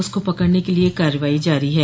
उसको पकड़ने के लिए कार्रवाई जारी है